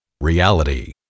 Reality